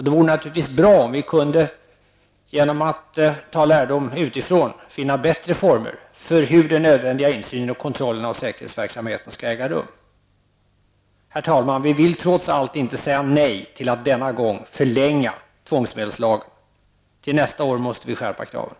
Det vore naturligtvis bra om vi genom att ta lärdom utifrån kunde finna bättre former för hur den nödvändiga insynen i och kontrollen av säkerhetsarbetet skall äga rum. Herr talman! Vi vill dock inte denna gång säga nej till att förlänga tvångsmedelslagen. Till nästa år måste kraven skärpas.